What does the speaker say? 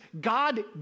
God